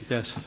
Yes